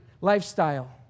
lifestyle